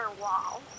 wall